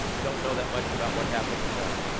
don't know that much about what happened in the